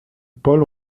paul